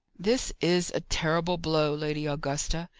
this is a terrible blow, lady augusta,